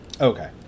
Okay